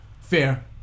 Fair